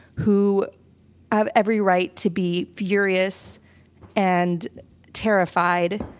who have every right to be furious and terrified,